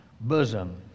bosom